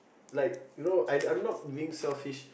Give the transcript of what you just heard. like you know I I'm not being selfish